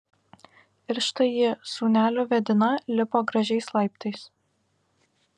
ir štai ji sūneliu vedina lipo gražiais laiptais